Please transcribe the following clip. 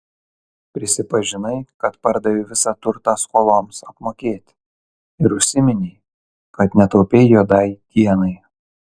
prisipažinai kad pardavei visą turtą skoloms apmokėti ir užsiminei kad netaupei juodai dienai